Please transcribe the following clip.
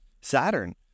saturn